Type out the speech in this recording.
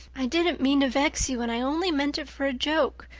i didn't mean to vex you and i only meant it for a joke.